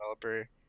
developer